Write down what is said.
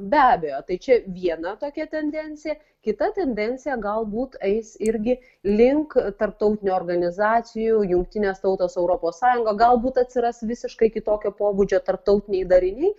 be abejo tai čia viena tokia tendencija kita tendencija galbūt eis irgi link tarptautinių organizacijų jungtinės tautos europos sąjunga galbūt atsiras visiškai kitokio pobūdžio tarptautiniai dariniai